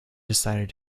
decided